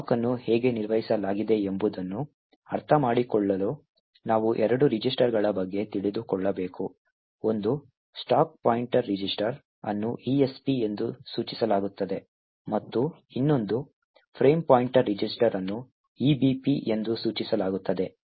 stock ಅನ್ನು ಹೇಗೆ ನಿರ್ವಹಿಸಲಾಗಿದೆ ಎಂಬುದನ್ನು ಅರ್ಥಮಾಡಿಕೊಳ್ಳಲು ನಾವು ಎರಡು ರಿಜಿಸ್ಟರ್ಗಳ ಬಗ್ಗೆ ತಿಳಿದುಕೊಳ್ಳಬೇಕು ಒಂದು ಸ್ಟಾಕ್ ಪಾಯಿಂಟರ್ ರಿಜಿಸ್ಟರ್ ಅನ್ನು ESP ಎಂದು ಸೂಚಿಸಲಾಗುತ್ತದೆ ಮತ್ತು ಇನ್ನೊಂದು ಫ್ರೇಮ್ ಪಾಯಿಂಟರ್ ರಿಜಿಸ್ಟರ್ ಅನ್ನು EBP ಎಂದು ಸೂಚಿಸಲಾಗುತ್ತದೆ